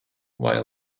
vai